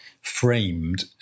framed